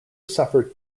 suffered